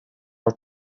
our